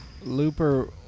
Looper